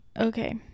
okay